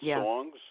songs